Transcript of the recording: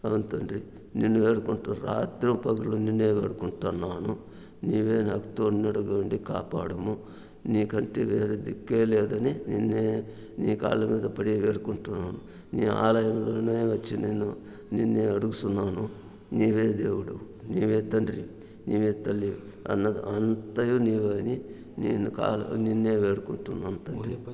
అవును తండ్రి నిన్ను వేడుకుంటూ రాత్రిం పగళ్ళు నిన్నే వేడుకుంటున్నాను నీవే నాకు తోడునీడగా ఉండి కాపాడుము నీకంటే వేరే దిక్కే లేదని నిన్నే నీ కాళ్ళ మీద పడి వేడుకుంటున్నాను నీ ఆలయంలోని వచ్చి నిన్నే అడుగుతున్నాను నీవే దేవుడవు నీవే తండ్రి నీవే తల్లి అన్నగా అంతయు నీవే అని నిన్ను కాళ్ళ నిన్నే వేడుకుంటున్నాను తండ్రి